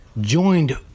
joined